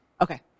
Okay